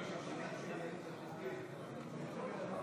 תפקידי כסגן שר ולקיים את החלטות